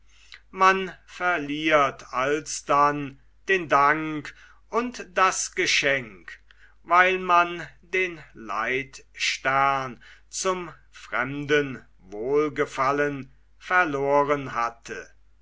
man verliert alsdann den dank und das geschenk weil man den leitstern zum fremden wohlgefallen verloren hatte